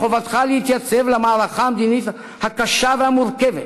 מחובתך להתייצב למערכה המדינית הקשה והמורכבת